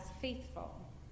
faithful